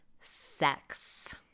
sex